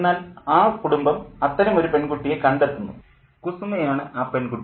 എന്നാൽ ആ കുടുംബം അത്തരമൊരു പെൺകുട്ടിയെ കണ്ടെത്തുന്നു കുസുമ ആണ് ആ പെൺകുട്ടി